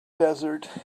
desert